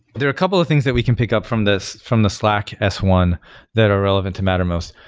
there are a couple of things that we can pick up from this from the slack s one that are relevant to mattermost.